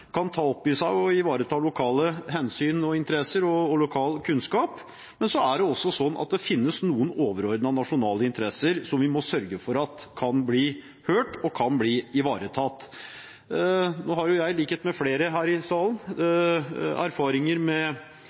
kan ta opp i seg og ivareta lokale hensyn og interesser og lokal kunnskap. Men det er også sånn at det finnes noen overordnede nasjonale interesser som vi må sørge for kan bli hørt og kan bli ivaretatt. Nå har jeg, i likhet med flere her i salen, erfaring med